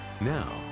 Now